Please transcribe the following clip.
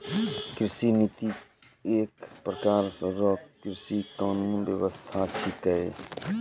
कृषि नीति एक प्रकार रो कृषि कानून व्यबस्था छिकै